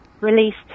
released